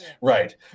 Right